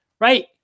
right